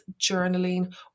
journaling